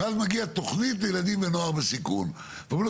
ואז מגיעה תוכנית ילדים ונוער בסיכון ואומרים לו